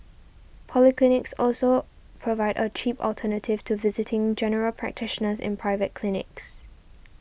polyclinics also provide a cheap alternative to visiting General Practitioners in private clinics